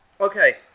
Okay